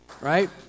Right